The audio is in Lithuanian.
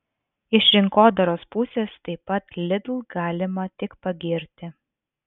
iš rinkodaros pusės taip pat lidl galima tik pagirti